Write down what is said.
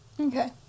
Okay